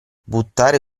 buttare